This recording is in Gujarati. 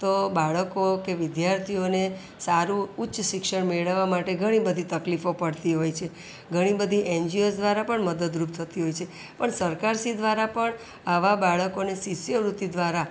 તો બાળકો કે વિદ્યાર્થીઓને સારું ઉચ્ચ શિક્ષણ મેળવવા માટે ઘણી બધી તકલીફો પડતી હોય છે ઘણી બધી એનજીઓઝ દ્વારા પણ મદદરૂપ થતી હોય છે પણ સરકાર શ્રી દ્વારા પણ આવા બાળકોને શિષ્યવૃત્તિ દ્વારા